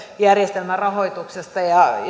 järjestelmän rahoituksesta